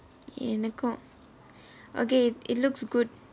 எனக்கும்:enakkum okay it looks good